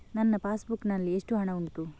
ನನ್ನ passbook ನಲ್ಲಿ ಎಷ್ಟು ಹಣ ಉಂಟು?